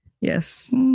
yes